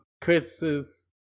Chris's